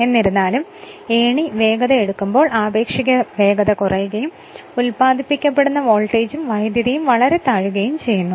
എന്തിരുന്നലും ഏണി വേഗതയെടുക്കുമ്പോൾ ആപേക്ഷിക വേഗത കുറയുകയും ഉൽപാദിപ്പിക്കപ്പെടുന്ന വോൾട്ടേജും വൈദ്യുതിയും വളരെ താഴുകയും ചെയ്യുന്നു